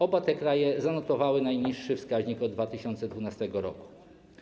Oba te kraje zanotowały najniższy wskaźnik od 2012 r.